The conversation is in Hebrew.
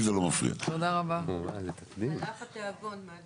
מעל שתי קומות מעל